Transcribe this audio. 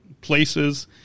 places